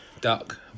Duck